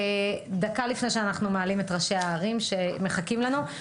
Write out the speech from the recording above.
דקה לפני שאנחנו מעלים את ראשי הערים שמחכים לנו.